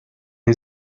who